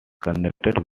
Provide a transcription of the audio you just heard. connected